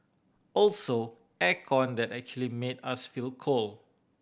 also air con that actually made us feel cold